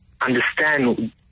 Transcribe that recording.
understand